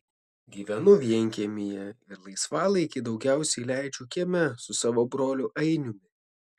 gyvenu vienkiemyje ir laisvalaikį daugiausiai leidžiu kieme su savo broliu ainiumi